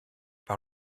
par